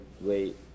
late